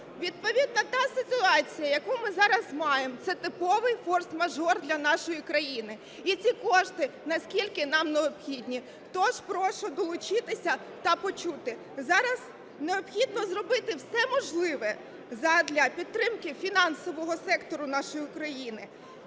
Відповідно та ситуація, яку ми зараз маємо, це типовий форс-мажор для нашої країни і ці кошти наскільки нам необхідні. Тож прошу долучитися та почути. Зараз необхідно зробити все можливе задля підтримки фінансового сектору нашої України